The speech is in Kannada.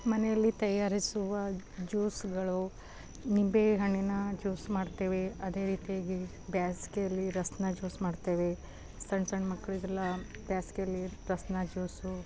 ಮನೆಯಲ್ಲಿ ತಯಾರಿಸುವ ಜ್ಯೂಸ್ಗಳು ನಿಂಬೆಹಣ್ಣಿನ ಜ್ಯೂಸ್ ಮಾಡ್ತೇವೆ ಅದೇ ರೀತಿಯಾಗಿ ಬೇಸ್ಗೆಲ್ಲಿ ರಸ್ನ ಜ್ಯೂಸ್ ಮಾಡ್ತೇವೆ ಸಣ್ಣ ಸಣ್ಣ ಮಕ್ಕಳಿಗೆಲ್ಲ ಬೇಸ್ಗೆಲ್ಲಿ ರಸ್ನ ಜ್ಯೂಸು